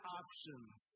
options